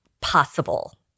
possible